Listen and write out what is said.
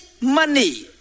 money